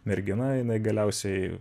mergina jinai galiausiai